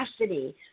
capacity